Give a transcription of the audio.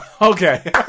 Okay